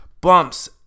bumps